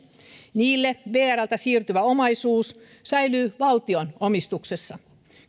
niille vrltä siirtyvä omaisuus säilyy valtion omistuksessa